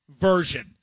version